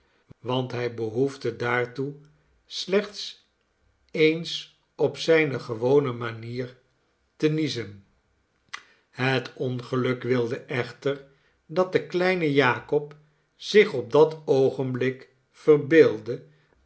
want hij behoefde daartoe slechts eens op zijne gewone manier te niezen het ongeluk wilde echter dat de kleine jakob zich op dat oogenblik verbeeldde